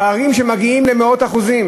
פערים שמגיעים למאות אחוזים.